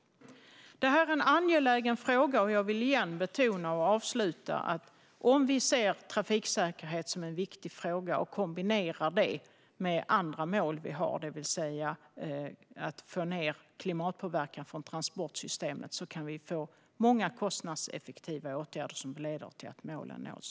Det här är en angelägen fråga, och jag vill betona igen att om vi ser trafiksäkerhet som en viktig fråga och kombinerar det med andra mål vi har, det vill säga att få ned klimatpåverkan från transportsystemet, kan vi få många kostnadseffektiva åtgärder som leder till att målen nås.